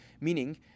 Meaning